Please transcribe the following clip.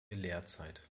lehrzeit